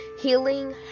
healing